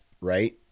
right